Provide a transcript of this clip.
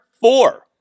four